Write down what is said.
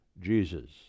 jesus